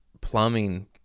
plumbing